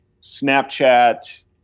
Snapchat